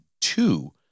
two